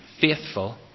faithful